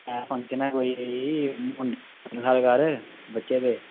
ते फंंक्शन ऐ साढ़े घर कोई बच्चे दे